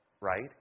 right